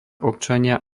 občania